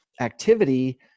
activity